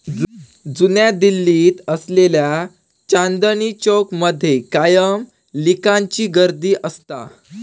जुन्या दिल्लीत असलेल्या चांदनी चौक मध्ये कायम लिकांची गर्दी असता